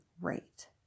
rate